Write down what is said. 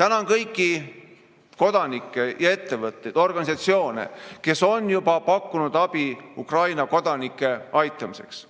Tänan kõiki kodanikke ja ettevõtteid, organisatsioone, kes on juba pakkunud abi Ukraina kodanike aitamiseks.